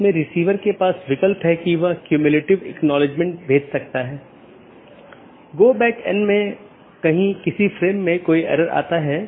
इसलिए मैं एकल प्रविष्टि में आकस्मिक रूटिंग विज्ञापन कर सकता हूं और ऐसा करने में यह मूल रूप से स्केल करने में मदद करता है